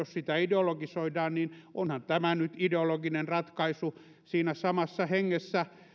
sitä ideologisoidaan niin onhan tämä nyt ideologinen ratkaisu siinä samassa hengessä